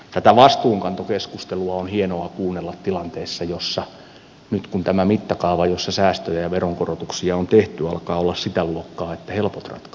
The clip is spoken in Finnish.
tätä vastuunkantokeskustelua on hienoa kuunnella tilanteessa jossa tämä mittakaava jossa säästöjä ja veronkorotuksia on tehty alkaa olla sitä luokkaa että helpot ratkaisut on tehty